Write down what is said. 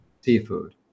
seafood